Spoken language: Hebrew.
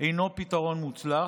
אינו פתרון מוצלח,